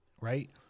Right